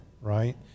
right